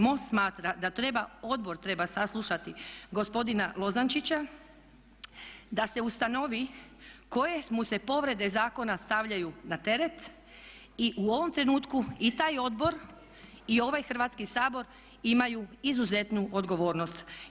MOST smatra da treba, odbor treba saslušati gospodina Lozančića da se ustanovi koje mu se povrede zakona stavljaju na teret i u ovom trenutku i taj odbor i ovaj Hrvatski sabor imaju izuzetnu odgovornost.